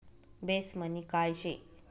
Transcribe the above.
Base money काय शे?